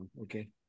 Okay